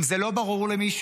אם זה לא ברור למישהו